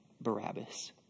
Barabbas